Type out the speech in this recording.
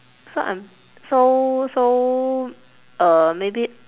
so I'm so so uh maybe